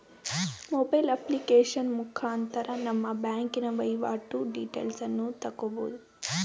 mobile application ಮುಖಾಂತರ ನಮ್ಮ ಬ್ಯಾಂಕಿನ ವೈವಾಟು ಡೀಟೇಲ್ಸನ್ನು ತಕ್ಕಬೋದು